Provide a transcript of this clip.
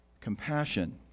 compassion